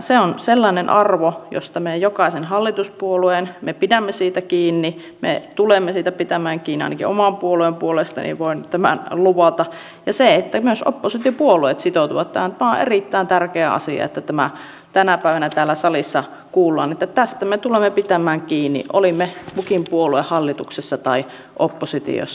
se on sellainen arvo josta me jokainen hallituspuolue pidämme kiinni me tulemme siitä pitämään kiinni ja ainakin oman puolueeni puolesta voin tämän luvata ja se että myös oppositiopuolueet sitoutuvat tähän on erittäin tärkeä asia että tämä tänä päivänä täällä salissa kuullaan että tästä me tulemme pitämään kiinni olimmepa kukin puolue hallituksessa tai oppositiossa